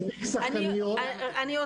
שהיא תוצאה מכך שאין מספיק שחקניות --- אני מבינה,